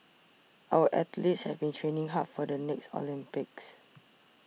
our athletes have been training hard for the next Olympics